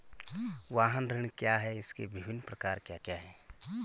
वाहन ऋण क्या है इसके विभिन्न प्रकार क्या क्या हैं?